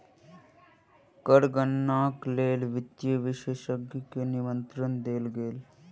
कर गणनाक लेल वित्तीय विशेषज्ञ के निमंत्रण देल गेल